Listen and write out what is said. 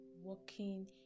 working